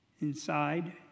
inside